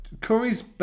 Curry's